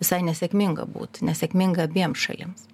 visai nesėkminga būt nesėkminga abiem šalims